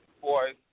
Boy